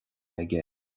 aige